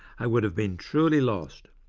i would have been truly lost.